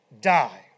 die